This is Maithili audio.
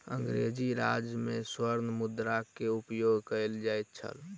अंग्रेजी राज में स्वर्ण मुद्रा के उपयोग कयल जाइत छल